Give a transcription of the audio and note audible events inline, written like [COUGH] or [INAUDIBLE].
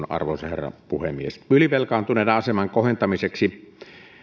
[UNINTELLIGIBLE] arvoisa herra puhemies ylivelkaantuneiden aseman kohentamiseksi